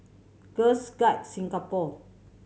Girls Guide Singapore